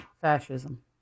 Fascism